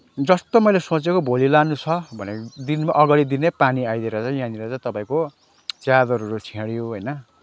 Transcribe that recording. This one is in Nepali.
जस्तो मैले सोचेको भोलि लानु छ भनेको दिनमा अगाडि दिनै पानी आइदिएर चाहिँ यहाँनिर चाहिँ तपाईँको च्यादरहरू छेडियो होइन